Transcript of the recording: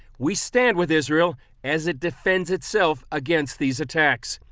we stand with israel as it defends itself against these attacks.